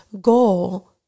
goal